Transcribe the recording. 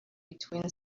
between